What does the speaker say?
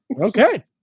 Okay